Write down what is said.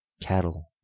cattle